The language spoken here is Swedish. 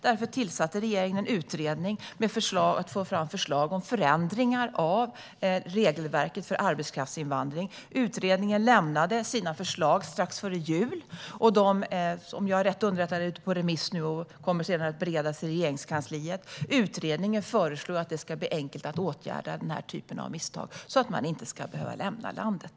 Därför tillsatte regeringen en utredning för att få fram förslag om förändringar av regelverket för arbetskraftsinvandring. Utredningen lämnade sina förslag strax före jul. Dessa är nu ute på remiss, om jag är rätt underrättad, och kommer sedan att beredas i Regeringskansliet. Utredningen föreslår att det ska bli enkelt att åtgärda denna typ av misstag, så att man inte ska behöva lämna landet.